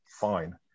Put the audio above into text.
Fine